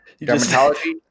Dermatology